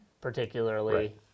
particularly